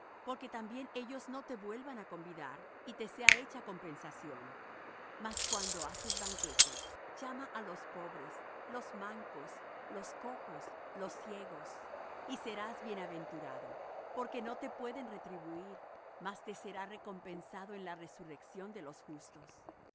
porque también ellos no te vuelvan á convidar y te sea hecha compensación mas cuando haces banquete llama á los pobres los mancos los cojos los ciegos y serás bienaventurado porque no te pueden retribuir mas te será recompensado en la resurrección de los justos